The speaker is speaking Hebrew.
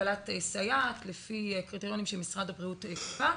לקבלת סייעת לפי קריטריונים שמשרד הבריאות קבע.